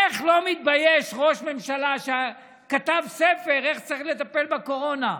איך לא מתבייש ראש ממשלה שכתב ספר איך צריך לטפל בקורונה?